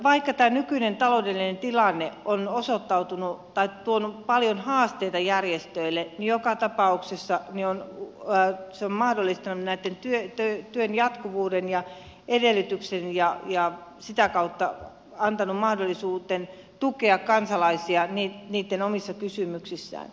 vaikka nykyinen taloudellinen tilanne on tuonut paljon haasteita järjestöille niin joka tapauksessa se on mahdollistanut näitten työn jatkuvuuden ja edellytykset ja sitä kautta antanut mahdollisuuden tukea kansalaisia omissa kysymyksissään